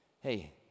Hey